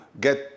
get